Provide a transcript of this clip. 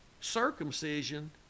circumcision